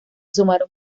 sumaron